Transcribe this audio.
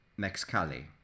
Mexcali